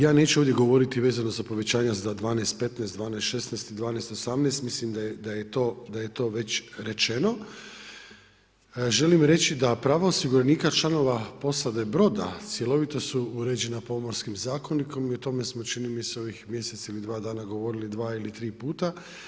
Ja neću ovdje govoriti vezano za povećanja za 12 15, 12 16 i 12 18, mislim da je to već rečeno, želim reći da prava osiguranika članova posade broda cjelovito su uređena Pomorskim zakonikom i o tome smo čini mi se u ovih mjesec ili dva dana govorili dva ili tri puta.